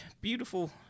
beautiful